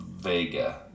Vega